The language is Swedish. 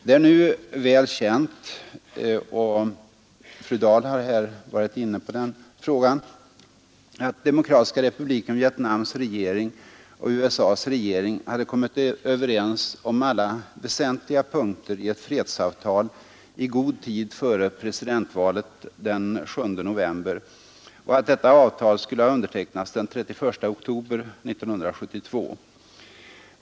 Det är nu väl känt — och fru Dahl har här varit inne på den frågan — att Demokratiska republiken Vietnams regering och USA :s regering hade kommit överens om alla väsentliga punkter i ett fredsavtal i god tid före presidentvalet i USA den 7 november och att detta avtal skulle ha undertecknats den 31 oktober 1972.